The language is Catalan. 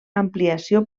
ampliació